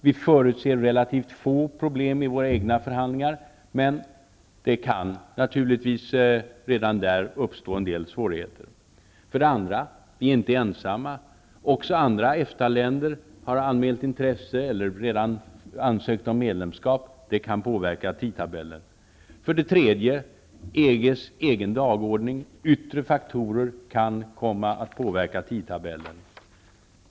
Vi förutser relativt få problem i våra egna förhandlingar, men det kan naturligtvis redan där uppstå en del svårigheter. För det andra är vi inte ensamma. Också andra EFTA-länder har anmält intresse eller redan ansökt om medlemskap. Det kan påverka tidtabellen. För det tredje kan EG:s egen dagordning och yttre faktorer komma att påverka tidtabellen.